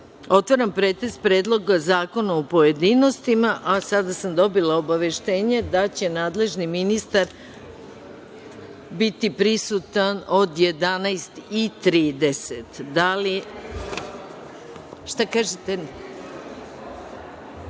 otvaram pretres Predloga zakona u pojedinostima. Sada sam dobila obaveštenje da će nadležni ministar biti prisutan od 11.30 časova. Određujem